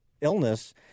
illness